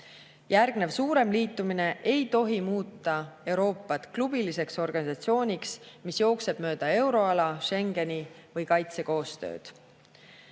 Järgnev suurem liitumine ei tohi muuta Euroopat klubiliseks organisatsiooniks, mille [piir] jookseb mööda euroala, Schengenit või kaitsekoostööd.